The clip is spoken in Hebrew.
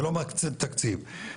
זה לא מקצה תקציב,